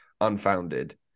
unfounded